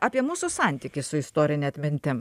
apie mūsų santykį su istorine atmintim